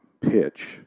pitch